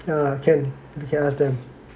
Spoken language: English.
yeah can we can ask them